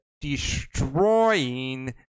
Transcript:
destroying